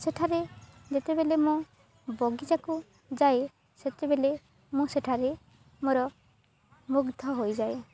ସେଠାରେ ଯେତେବେଳେ ମୁଁ ବଗିଚାକୁ ଯାଏ ସେତେବେଳେ ମୁଁ ସେଠାରେ ମୋର ମୁଗ୍ଧ ହୋଇଯାଏ